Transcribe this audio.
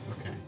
okay